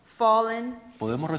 fallen